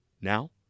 Now